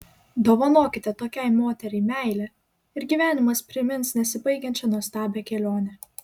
dovanokite tokiai moteriai meilę ir gyvenimas primins nesibaigiančią nuostabią kelionę